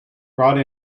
brought